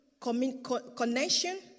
connection